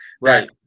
right